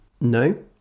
No